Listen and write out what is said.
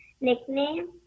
nickname